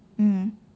mm